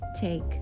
take